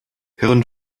hirn